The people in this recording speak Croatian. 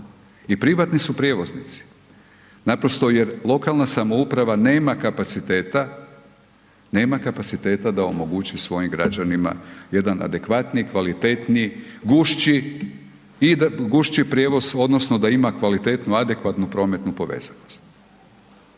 i privatni su prijevoznici naprosto jer lokalna samouprava nema kapaciteta da omogući svojim građanima jedan adekvatniji i kvalitetniji, gušću prijevoz odnosno da ima kvalitetnu adekvatnu prometnu povezanost.